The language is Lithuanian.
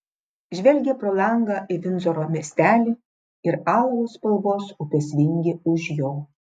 žvelgė pro langą į vindzoro miestelį ir alavo spalvos upės vingį už jo